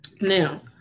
Now